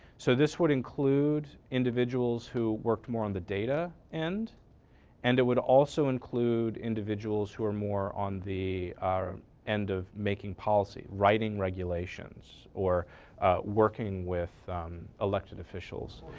so this would include individuals who worked more on the data end and it would also include individuals who are more on the um end of making policy, writing regulations or working with elected officials.